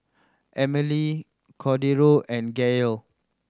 Emelie Cordero and Gael